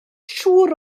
siŵr